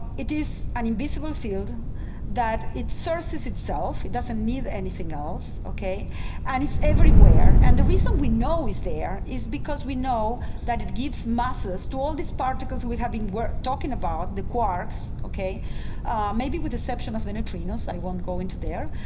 it is an invisible field and that it sources itself. it doesn't need anything else ok and it's everywhere and the reason we know is there is because we know that it gives masses to all these particles with having were talking about the quarks. ok maybe with reception of the neutrinos i won't go into there